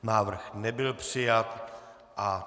Návrh nebyl přijat.